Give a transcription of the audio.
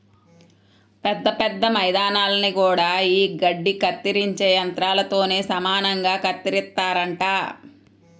పెద్ద పెద్ద మైదానాల్ని గూడా యీ గడ్డి కత్తిరించే యంత్రాలతోనే సమానంగా కత్తిరిత్తారంట